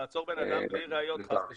לעצור בן אדם בלי ראיות, חס ושלום.